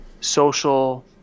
social